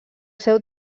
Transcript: seu